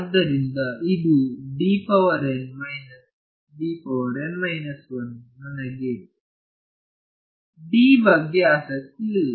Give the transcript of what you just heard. ಆದ್ದರಿಂದ ಇದು ನನಗೆ D ಬಗ್ಗೆ ಆಸಕ್ತಿ ಇಲ್ಲ